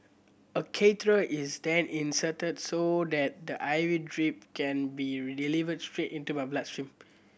a catheter is then inserted so that the I V drip can be delivered straight into the blood stream